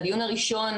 הדיון הראשון,